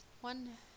one